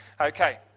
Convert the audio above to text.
Okay